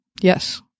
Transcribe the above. Yes